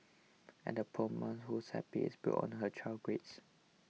and the poor mum whose happiness is built on her child's grades